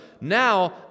Now